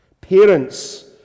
Parents